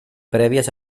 prèvies